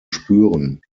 spüren